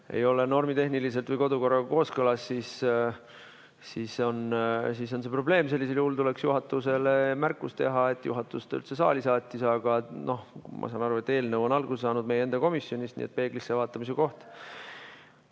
ei ole normitehniliselt või kodukorraga kooskõlas, siis on see probleem. Sellisel juhul tuleks juhatusele märkus teha, et juhatus ta üldse saali saatis, aga ma saan aru, et eelnõu on alguse saanud meie enda komisjonist, nii et peeglisse vaatamise koht.